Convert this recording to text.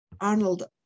Arnold